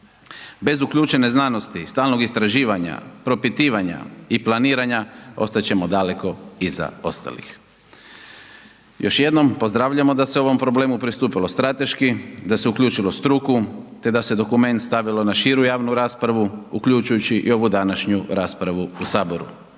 Bez uključene znanosti i stalnog istraživanja, propitivanja i planiranja, ostat ćemo daleko iza ostalih. Još jednom, pozdravljamo da se ovom problemu pristupilo strateški, da se uključilo struku te da se dokument stavilo na širu javnu raspravu, uključujući i ovu današnju raspravu u Saboru.